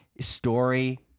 story